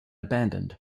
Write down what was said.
abandoned